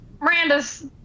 Miranda's